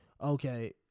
Okay